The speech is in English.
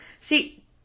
See